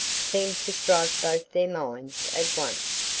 seemed to strike both their minds at once,